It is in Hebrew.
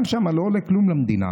גם שם זה לא עולה כלום למדינה,